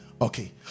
Okay